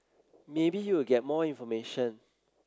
maybe you will get more information